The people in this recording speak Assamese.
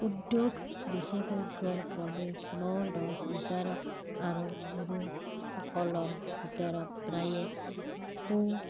উদ্যোগ বিশেষজ্ঞৰ প্ৰৱেশ ন দহ বিচাৰক আৰু গুৰুসকলৰ ভিতৰত প্ৰায়ে সু